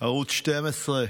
ערוץ 12,